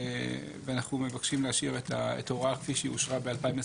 ואנחנו מבקשים להשאיר את ההוראה כפי שהיא אושרה ב-2021.